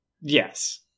Yes